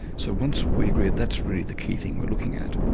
so once we agreed that's really the key thing we're looking at,